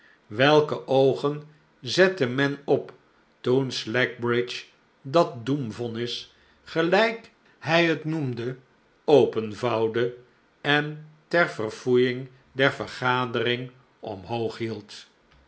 welke oogen zette men op toen slackbridge dat doemvonnis gelijk hij het noemde openvouwde en ter verfoeiing der vergadering omhoog hield